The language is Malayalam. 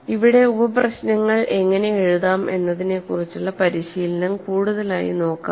ഇവിടെ ഉപപ്രശ്നങ്ങൾ എങ്ങനെ എഴുതാം എന്നതിനെക്കുറിച്ചുള്ള പരിശീലനം കൂടുതലായി നോക്കാം